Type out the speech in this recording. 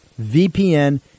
VPN